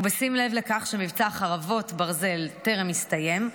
ובשים לב לכך שמבצע חרבות ברזל טרם הסתיים,